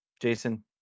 Jason